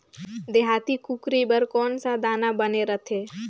देहाती कुकरी बर कौन सा दाना बने रथे?